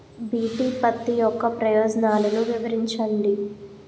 BT పత్తి యొక్క ప్రయోజనాలను వివరించండి?